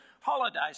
holidays